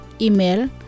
Email